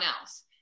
else